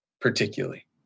particularly